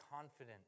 confident